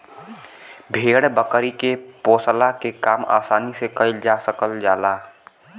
भेड़ बकरी के पोसला के काम आसानी से कईल जा सकल जाला